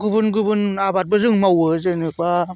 गुबुन गुबुन आबादबो जों मावो जेनेबा